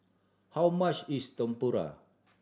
how much is Tempura